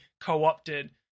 co-opted